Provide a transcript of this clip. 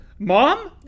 Mom